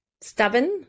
stubborn